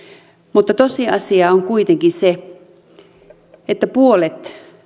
mutta tosiasia on kuitenkin se että puolet